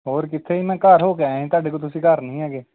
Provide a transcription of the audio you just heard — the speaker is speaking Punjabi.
ਹੋਰ ਕਿੱਥੇ ਸੀ ਮੈਂ ਘਰ ਹੋ ਕੇ ਆਇਆ ਤੁਹਾਡੇ ਕੋਲ ਤੁਸੀਂ ਘਰ ਨਹੀਂ ਹੈਗੇ